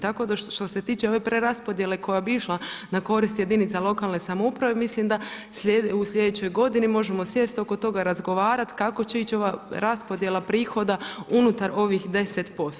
Tako što se tiče ove preraspodjele koja bi išla na korist jedinica lokalne samouprave mislim da u sljedećoj godini možemo sjest oko toga, razgovarat kako će ići ova raspodjela prihoda unutar ovih 10%